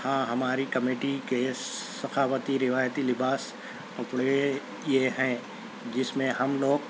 ہاں ہماری کمیٹی کے سخاوتی روایتی لباس کپڑے یہ ہیں جس میں ہم لوگ